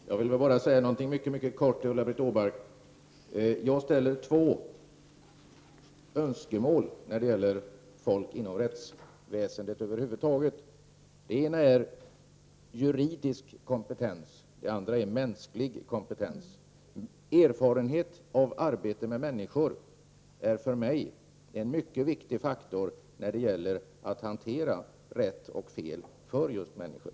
Herr talman! Jag vill bara säga något mycket kort till Ulla-Britt Åbark. Jag framställer två önskemål när det gäller folk inom rättsväsendet över hu vud taget. Det ena är juridisk kompetens, och det andra är mänsklig kompetens. Erfarenhet av arbete med människor är för mig en mycket viktig faktor när det gäller att hantera frågor om vad som är rätt och fel för just människor.